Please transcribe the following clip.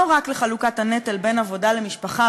לא רק על חלוקת הנטל בין עבודה למשפחה